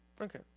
Okay